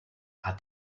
hat